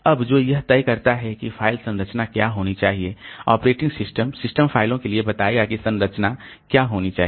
अब जो यह तय करता है कि फ़ाइल संरचना क्या होनी चाहिए ऑपरेटिंग सिस्टम सिस्टम फ़ाइलों के लिए बताएगा कि संरचना क्या होनी चाहिए